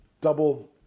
Double